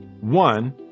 One